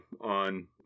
on